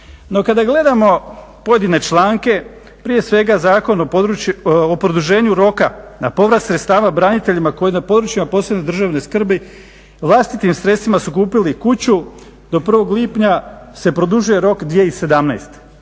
No kada gledamo pojedine članke prije svega Zakon o produženju roka na povrat sredstava braniteljima koji na područjima od posebne državne skrbi vlastitim sredstvima su kupili kuću do 1. lipnja se produžuje rok 2017.